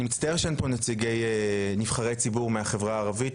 אני מצטער שאין פה נבחרי ציבור מהחברה הערבית,